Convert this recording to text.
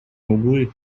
углы